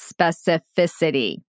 specificity